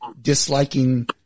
disliking